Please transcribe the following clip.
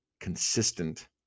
consistent